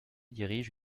dirige